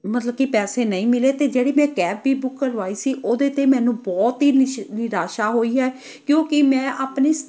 ਮਤਲਬ ਕਿ ਪੈਸੇ ਨਹੀਂ ਮਿਲੇ ਅਤੇ ਜਿਹੜੀ ਮੈਂ ਕੈਬ ਵੀ ਬੁੱਕ ਕਰਵਾਈ ਸੀ ਉਹਦੇ 'ਤੇ ਮੈਨੂੰ ਬਹੁਤ ਹੀ ਨਿਸ਼ਾ ਨਿਰਾਸ਼ਾ ਹੋਈ ਹੈ ਕਿਉਂਕਿ ਮੈਂ ਆਪਣੀ